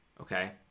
okay